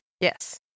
Yes